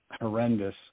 horrendous